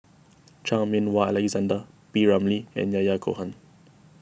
Chan Meng Wah Alexander P Ramlee and Yahya Cohen